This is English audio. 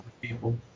people